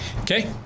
Okay